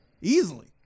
easily